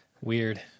Weird